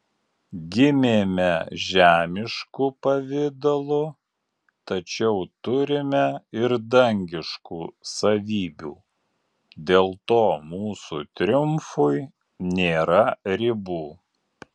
gimėme žemišku pavidalu tačiau turime ir dangiškų savybių dėl to mūsų triumfui nėra ribų